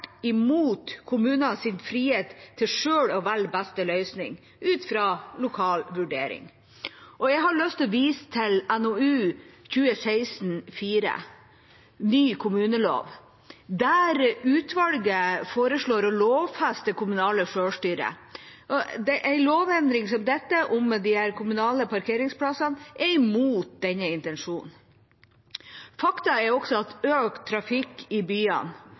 imot kommunenes frihet til selv å velge beste løsning, ut fra en lokal vurdering. Jeg har lyst til å vise til NOU 2016: 4, Ny kommunelov, der utvalget foreslår å lovfeste det kommunale selvstyret. En lovendring som dette, om disse kommunale parkeringsplassene, er imot denne intensjonen. Et faktum er også at økt trafikk i byene,